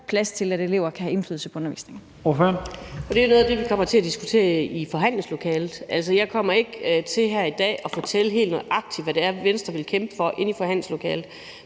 Kl. 13:45 Anni Matthiesen (V): Det er jo noget af det, vi kommer til at diskutere i forhandlingslokalet. Jeg kommer ikke til her i dag at fortælle helt nøjagtig, hvad det er, Venstre vil kæmpe for inde i forhandlingslokalet.